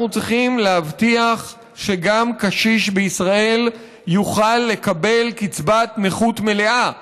אנחנו צריכים להבטיח שגם קשיש בישראל יוכל לקבל קצבת נכות מלאה,